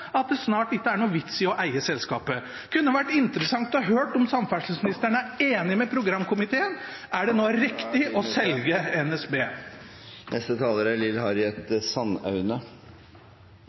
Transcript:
at det snart ikke er noen vits i å eie selskapet. Det kunne vært interessant å høre om samferdselsministeren er enig med programkomiteen: Er det nå riktig å selge NSB? Da er